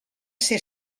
ser